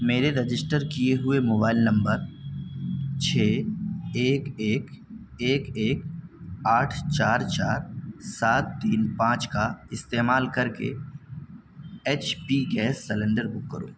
میرے رجسٹر کیے ہوئے موبائل نمبر چھ ایک ایک ایک ایک ایک آٹھ چار چار سات تین پانچ کا استعمال کرکے H P gas cylinder book کرو